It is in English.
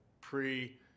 pre